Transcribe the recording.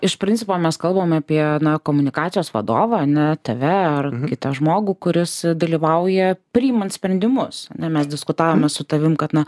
iš principo mes kalbam apie na komunikacijos vadovą ane tave ar kitą žmogų kuris dalyvauja priimant sprendimus ane mes diskutavome su tavim kad na